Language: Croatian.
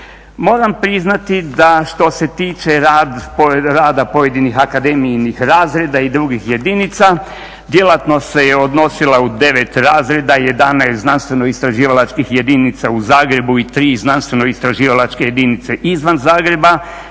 Moram priznati da što se tiče rasporeda rada pojedinih akademijinih razreda i drugih jedinica djelatnost se je odnosila u 9 razreda i 11 znanstveno-istraživalačkih jedinica u Zagrebu i 3 znanstveno-istraživalačke jedinice izvan Zagreb,